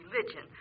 religion